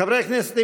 חברי הכנסת,